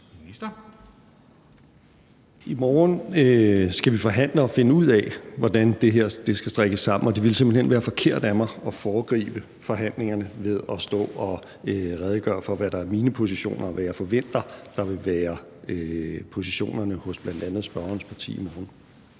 I morgen skal vi forhandle og finde ud af, hvordan det her skal strikkes sammen, og det ville simpelt hen være forkert af mig at foregribe forhandlingerne ved at stå og redegøre for, hvad der er mine positioner, og hvad jeg forventer vil være positionerne hos bl.a. spørgerens parti i morgen.